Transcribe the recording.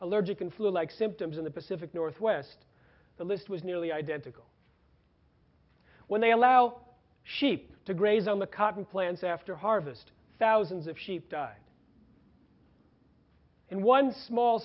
allergic and flu like symptoms in the pacific northwest the list was nearly identical when they allow sheep to graze on the cotton plants after harvest thousands of sheep died and one small